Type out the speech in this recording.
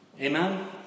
Amen